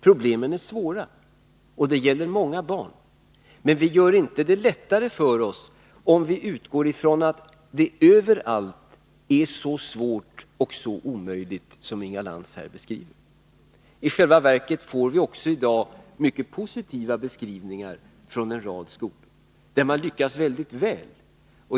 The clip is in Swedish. Problemen är svåra, och det gäller många barn, men vi gör det inte lättare för oss om vi utgår från att det överallt är så svårt och omöjligt som enligt Inga Lantz beskrivning. Isjälva verket får vi i dag mycket positiva beskrivningar från en rad skolor, där man lyckas mycket väl.